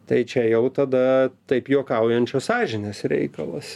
tai čia jau tada taip juokaujančios sąžinės reikalas